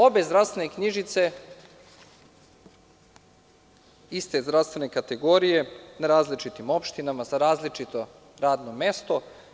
Obe zdravstvene knjižice su iste zdravstvene kategorije, na različitim opštinama, za različito radno mesto.